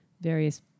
various